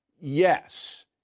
Yes